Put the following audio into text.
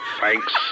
thanks